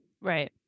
Right